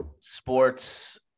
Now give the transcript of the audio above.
sports